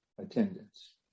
Attendance